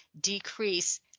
decrease